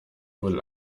wohl